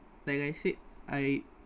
like I said I